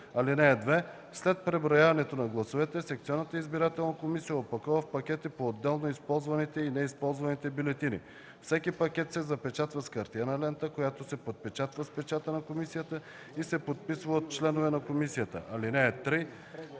(2) След преброяването на гласовете секционната избирателна комисия опакова в пакети поотделно използваните и неизползваните бюлетини. Всеки пакет се запечатва с хартиена лента, която се подпечатва с печата на комисията и се подписва от членове на комисията. (3)